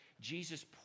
Jesus